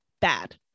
bad